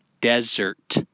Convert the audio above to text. desert